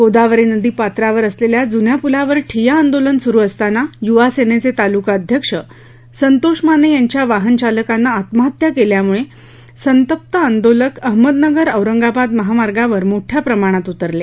गोदावरी नदी पात्रावर असलेल्या जुन्या पुलावर ठिय्या आंदोलन सुरु असताना युवा सेनेचे तालुका अध्यक्ष संतोष माने यांच्या वाहन चालकानं आत्महत्या केल्यामुळे संतप्त आंदोलक अहमदनगर औरंगाबाद महामार्गावर मोठ्या प्रमाणात उतरले